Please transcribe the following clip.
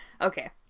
Okay